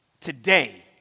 today